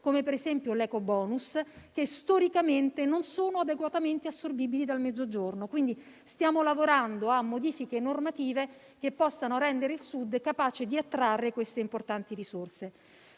come per esempio l'ecobonus, che storicamente non sono adeguatamente assorbibili dal Mezzogiorno, quindi stiamo lavorando a modifiche normative che possano rendere il Sud capace di attrarre queste importanti risorse.